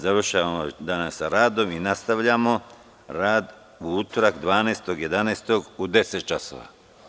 Završavamo danas sa radom i nastavljamo rad u utorak, 12. novembra, u 10,00 časova.